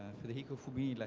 federico fubini. like